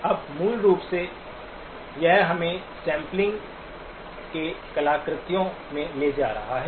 अब मूल रूप से यह हमें सैंपलिंग के कलाकृतियों में ले जा रहा है